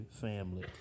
family